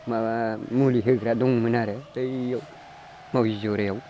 माबा मुलि होग्रा दंमोन आरो बैयाव मावजि जरायाव